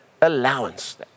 allowance